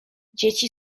dzieci